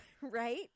Right